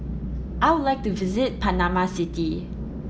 I would like to visit Panama City